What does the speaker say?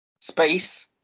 Space